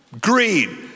greed